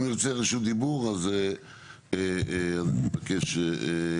אם הוא ירצה רשות דיבור אז אני מבקש להגיד.